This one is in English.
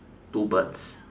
two birds